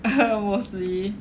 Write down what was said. mostly